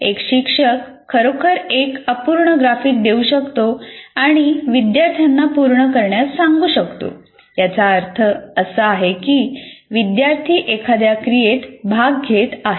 एक शिक्षक खरोखर एक अपूर्ण ग्राफिक देऊ शकतो आणि विद्यार्थ्यांना पूर्ण करण्यास सांगू शकतो याचा अर्थ असा की विद्यार्थी एखाद्या क्रियेत भाग घेत आहे